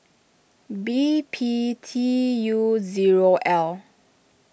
B P T U zero L